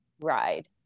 ride